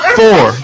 four